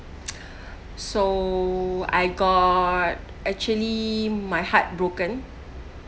so I got actually my heart broken